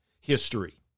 history